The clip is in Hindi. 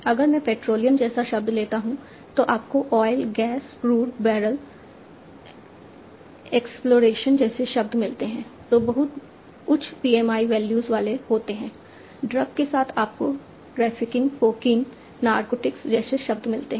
अगर मैं पेट्रोलियम जैसा शब्द लेता हूं तो आपको oil gas crude barrel exploration जैसे शब्द मिलते हैं जो बहुत उच्च PMI वैल्यूज वाले होते हैं ड्रग के साथ आपको ट्रैफिकिंग कोकीन नारकोटिक्स जैसे शब्द मिलते हैं